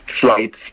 flights